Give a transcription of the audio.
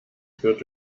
führt